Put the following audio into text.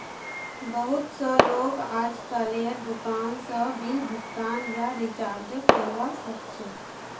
बहुत स लोग अजकालेर दुकान स बिल भुगतान या रीचार्जक करवा ह छेक